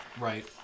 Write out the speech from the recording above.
Right